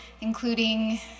including